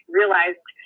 realized